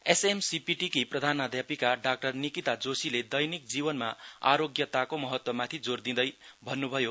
एसएमसीपीटीकी प्रधानाध्यापिका डाक्टर निकिता जोशीले दैनिक जीवनमा आरोग्यताको महत्वमाथि जोर दिन्भयो